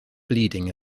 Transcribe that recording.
bleeding